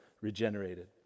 regenerated